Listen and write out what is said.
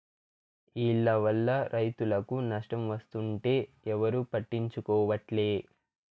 ఈల్ల వల్ల రైతులకు నష్టం వస్తుంటే ఎవరూ పట్టించుకోవట్లే